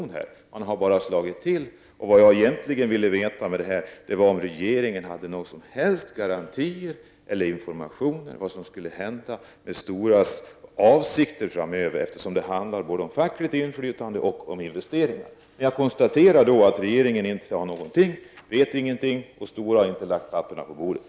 Stora har utan vidare bara slagit till. Jag vill egentligen veta om regeringen har några som helst garantier för eller informationer om vad som skall hända med Stora framöver, eftersom det handlar både om fackligt inflytande och om investeringar. Men jag konstaterar att regeringen inte vet någonting och att Stora inte har lagt papperen på bordet.